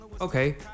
okay